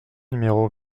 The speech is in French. numéro